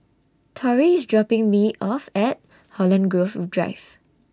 Torry IS dropping Me off At Holland Grove Drive